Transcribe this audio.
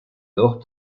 dos